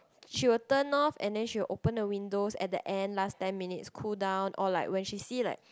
she will turn off and then she will open the windows at the end last ten minutes cool down or like when she see like